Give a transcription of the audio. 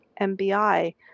MBI